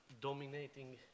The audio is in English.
dominating